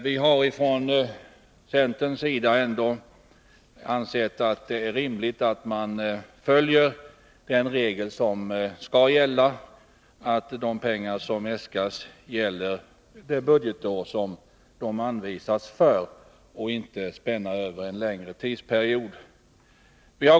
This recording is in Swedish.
Vi har från centerns sida ansett att det är rimligt att man följer den regel som normalt gäller, att de pengar som äskas avser det budgetår som de anvisats för och inte en längre tidsperiod.